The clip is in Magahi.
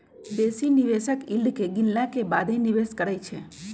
बेशी निवेशक यील्ड के गिनला के बादे निवेश करइ छै